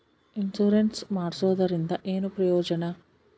Insurance ಮಾಡ್ಸೋದರಿಂದ ಏನು ಪ್ರಯೋಜನ?